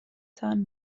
تان